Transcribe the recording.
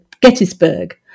Gettysburg